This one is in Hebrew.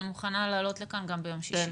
אני מוכנה לעלות לכאן גם ביום שישי.